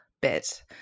bit